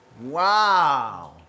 Wow